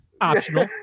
Optional